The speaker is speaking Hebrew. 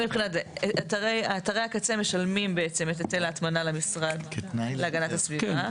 אתרי הקצה משלמים בעצם את היטל ההטמנה למשרד להגנת הסביבה.